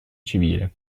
civile